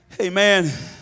amen